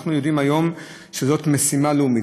אנחנו יודעים היום שזאת משימה לאומית,